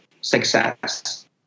success